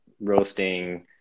Roasting